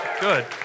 Good